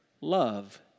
love